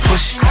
Push